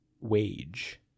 Wage